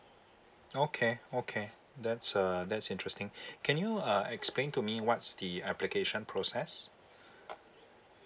okay okay that's uh that's interesting can you uh explain to me what's the application process